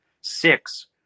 six